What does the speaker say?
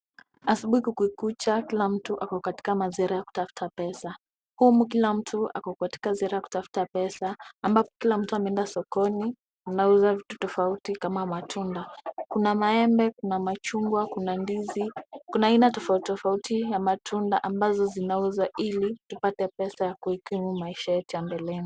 Asubuhi kukikucha kila mtu ako katika maziara ya kutafuta pesa. Humu kila mtu ako katika ziara ya kutafuta pesa ambapo kila mtu ameenda sokoni, anauza vitu tofauti kama matunda. Kuna maembe, kuna machungwa, kuna ndizi, kuna aina tofauti tofauti ya matunda ambazo zinauzwa ili tupate pesa ya kuikimu maisha yetu ya mbeleni.